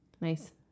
Nice